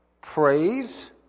praise